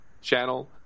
channel